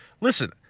Listen